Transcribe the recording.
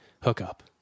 hookup